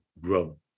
grow